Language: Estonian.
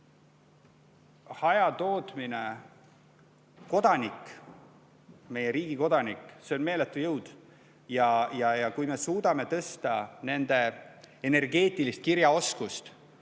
Hajatootmine. Kodanikul, meie riigi kodanikul on meeletu jõud. Kui me suudame tõsta inimeste energeetilist kirjaoskust,